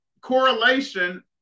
correlation